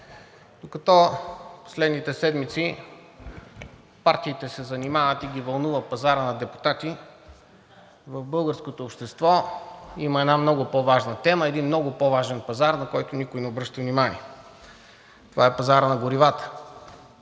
Докато последните седмици партиите се занимават и ги вълнува пазара на депутати, в българското общество има една много по-важна тема, един много по-важен пазар, на който никой не обръща внимание – това е пазарът на горивата.